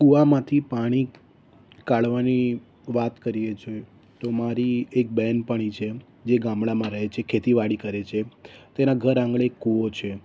કૂવામાંથી પાણી કાઢવાની વાત કરીએ છીએ તો મારી એક બહેનપણી છે જે ગામડામાં રહે છે ખેતીવાડી કરે છે તેનાં ઘર આંગણે એક કૂવો છે